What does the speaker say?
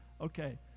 Okay